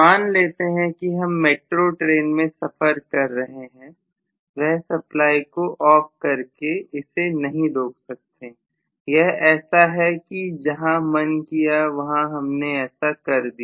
मान लेते हैं कि हम मेट्रो ट्रेन में सफर कर रहे हैं वह सप्लाइ को OFF करके इसे नहीं रोक सकते यह ऐसा है कि जहां मन किया वहां हमने ऐसा कर दिया